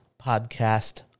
podcast